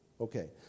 Okay